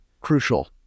crucial